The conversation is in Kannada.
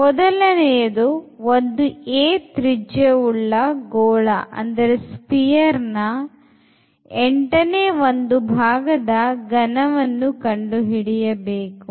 ಮೊದಲನೆಯದು ಒಂದು 'a' ತ್ರಿಜ್ಯವುಳ್ಳ ಗೋಳದ ಎಂಟನೆ ಒಂದು ಭಾಗದ ಘನವನ್ನು ಕಂಡುಹಿಡಿಯಬೇಕು